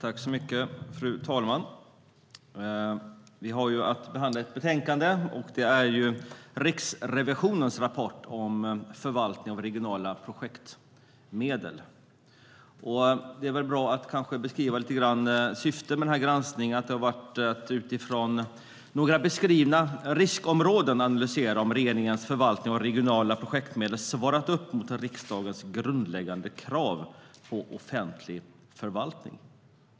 Fru talman! Vi har att behandla betänkandet Riksrevisionens rapport om förvaltningen av regionala projektmedel . Det kan vara bra att beskriva syftet med granskningen, nämligen att utifrån beskrivna riskområden analysera om regeringens förvaltning av regionala projektmedel svarat mot riksdagens grundläggande krav på offentlig förvaltning.